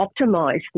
optimize